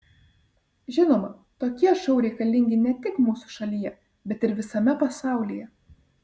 žinoma tokie šou reikalingi ne tik mūsų šalyje bet ir visame pasaulyje